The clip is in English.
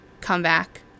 comeback